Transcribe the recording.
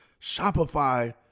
Shopify